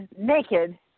naked